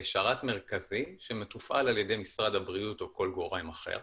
לשרת מרכזי שמתופעל על ידי משרד הבריאות או כל גורם אחר.